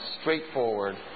straightforward